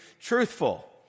truthful